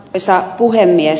arvoisa puhemies